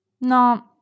No